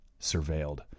surveilled